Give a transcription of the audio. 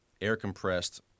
air-compressed